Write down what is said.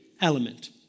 element